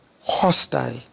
hostile